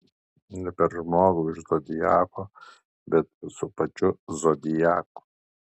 ne per žmogų iš zodiako bet su pačiu zodiaku